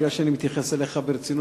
בגלל שאני מתייחס אליך ברצינות,